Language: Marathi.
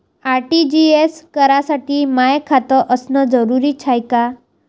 आर.टी.जी.एस करासाठी माय खात असनं जरुरीच हाय का?